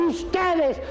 Ustedes